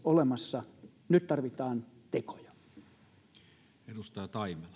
olemassa nyt tarvitaan tekoja arvoisa